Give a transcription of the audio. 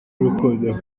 rukundo